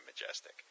majestic